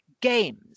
games